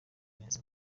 neza